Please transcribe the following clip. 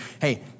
hey